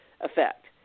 effect